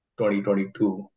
2022